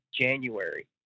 January